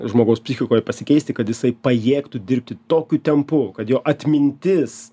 žmogaus psichikoje pasikeisti kad jisai pajėgtų dirbti tokiu tempu kad jo atmintis